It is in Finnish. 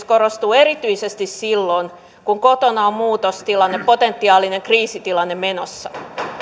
korostuu erityisesti silloin kun kotona on muutostilanne potentiaalinen kriisitilanne menossa